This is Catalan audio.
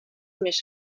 més